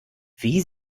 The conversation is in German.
wie